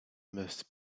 must